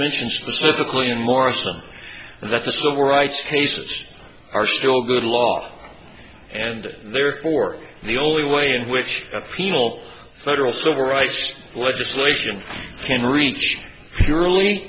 morrison that the civil rights cases are still good law and therefore the only way in which a penal federal civil rights legislation can reach really